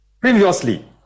Previously